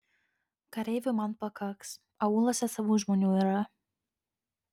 kareivių man pakaks aūluose savų žmonių yra